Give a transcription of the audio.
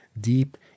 deep